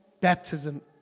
baptism